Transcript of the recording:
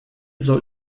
soll